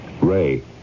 Ray